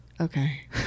Okay